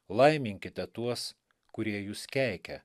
laiminkite tuos kurie jus keikia